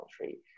country